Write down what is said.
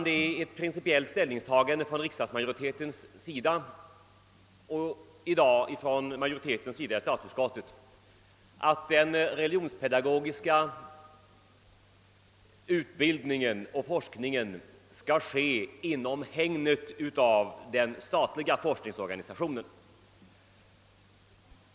Det är ett principiellt ställningstagande från riksdagsmajoritetens och i dag från statsutskottsmajoritetens sida, att den religionspedagogiska utbildningen och forskningen skall ske i hägnet av den statliga utbildningsoch forskningsorganisationen.